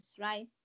right